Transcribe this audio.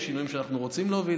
יש שינויים שאנחנו רוצים להוביל,